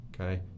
okay